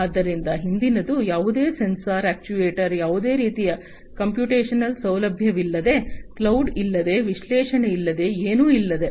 ಆದ್ದರಿಂದ ಹಿಂದಿನದು ಯಾವುದೇ ಸೆನ್ಸರ್ಗಳು ಅಕ್ಚುಯೆಟರ್ಸ್ಗಳು ಯಾವುದೇ ರೀತಿಯ ಕಂಪ್ಯೂಟೇಶನಲ್ ಸೌಲಭ್ಯವಿಲ್ಲದೆ ಕ್ಲೌಡ್ ಇಲ್ಲದೆ ವಿಶ್ಲೇಷಣೆ ಇಲ್ಲದೆ ಏನೂ ಇಲ್ಲದೆ